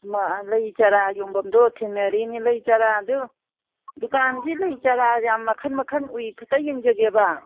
ꯍꯩꯃꯥ ꯂꯩ ꯆꯥꯔ ꯌꯣꯟꯕꯝꯗꯣ ꯊꯦꯡꯅꯔꯦꯅꯦ ꯂꯩ ꯆꯥꯔꯗꯣ ꯗꯨꯀꯥꯟꯁꯦ ꯂꯩ ꯆꯥꯔ ꯌꯥꯝ ꯃꯈꯟ ꯃꯈꯟ ꯎꯏ ꯈꯤꯇ ꯌꯦꯡꯖꯒꯦꯕ